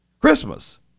Christmas